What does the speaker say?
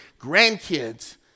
grandkids